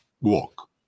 walk